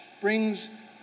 brings